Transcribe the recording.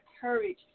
courage